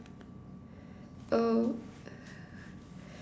oh